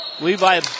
Levi